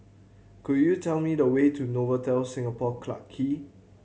could you tell me the way to Novotel Singapore Clarke Quay